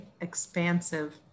expansive